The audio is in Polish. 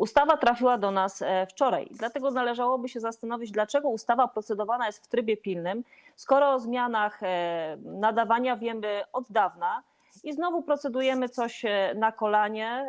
Ustawa trafiła do nas wczoraj, dlatego należałoby się zastanowić, dlaczego ustawa procedowana jest w trybie pilnym, skoro o zmianach nadawania wiemy od dawna i znowu procedujemy coś na kolanie,